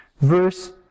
verse